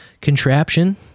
contraption